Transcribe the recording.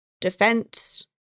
defense